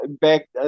back